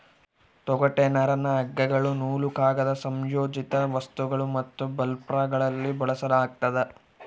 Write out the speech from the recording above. ತೊಗಟೆ ನರನ್ನ ಹಗ್ಗಗಳು ನೂಲು ಕಾಗದ ಸಂಯೋಜಿತ ವಸ್ತುಗಳು ಮತ್ತು ಬರ್ಲ್ಯಾಪ್ಗಳಲ್ಲಿ ಬಳಸಲಾಗ್ತದ